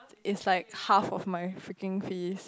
is like half of my freaking fees